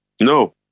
No